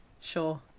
Sure